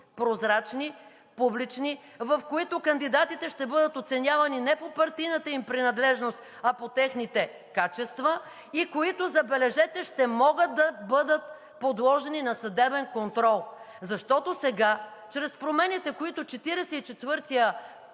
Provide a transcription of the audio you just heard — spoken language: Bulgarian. прозрачни, публични, в които кандидатите ще бъдат оценявани не по партийната им принадлежност, а по техните качества, и които, забележете, ще могат да бъдат подложени на съдебен контрол. Защото сега чрез промените, които